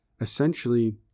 essentially